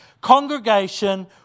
congregation